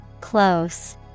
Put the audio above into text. Close